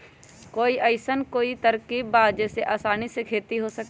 कोई अइसन कोई तरकीब बा जेसे आसानी से खेती हो सके?